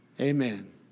Amen